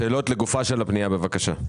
שאלות לגופה של הפנייה, בבקשה.